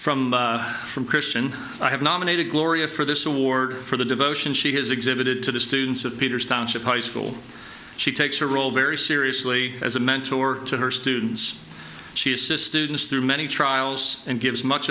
from from christian i have nominated gloria for this award for the devotion she has exhibited to the students of peters township high school she takes her role very seriously as a mentor to her students she says students through many trials and gives much